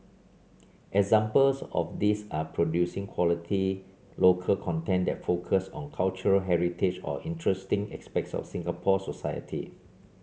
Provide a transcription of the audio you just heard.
examples of these are producing quality local content that focus on cultural heritage or interesting aspects of Singapore society